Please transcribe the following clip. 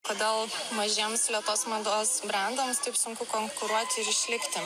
kodėl mažiems lėtos mados brendams taip sunku konkuruot ir išlikti